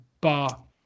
bar